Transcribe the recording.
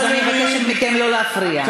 אז אני מבקשת מכם לא להפריע.